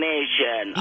Nation